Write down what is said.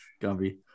Gumby